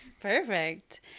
Perfect